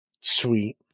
Sweet